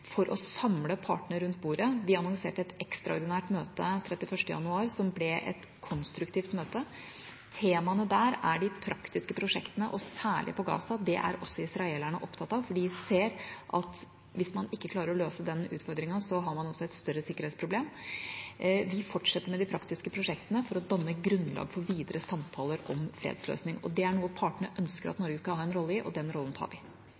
for å samle partene rundt bordet. Vi annonserte et ekstraordinært møte 31. januar, som ble et konstruktivt møte. Temaene der er de praktiske prosjektene og særlig på Gaza. Det er også israelerne opptatt av, for de ser at hvis man ikke klarer å løse den utfordringen, har man også et større sikkerhetsproblem. Vi fortsetter med de praktiske prosjektene for å danne grunnlag for videre samtaler om fredsløsning. Det er noe partene ønsker at Norge skal ha en rolle i, og den rollen tar vi.